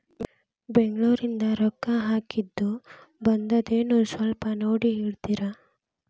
ಬೆಂಗ್ಳೂರಿಂದ ರೊಕ್ಕ ಹಾಕ್ಕಿದ್ದು ಬಂದದೇನೊ ಸ್ವಲ್ಪ ನೋಡಿ ಹೇಳ್ತೇರ?